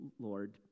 Lord